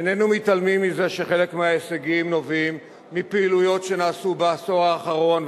איננו מתעלמים מזה שחלק מההישגים נובע מפעילויות שנעשו בעשור האחרון,